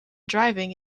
driving